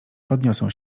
podniosą